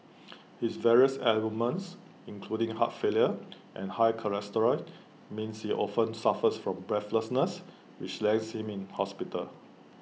his various ailments including heart failure and high cholesterol means he often suffers from breathlessness which lands him in hospital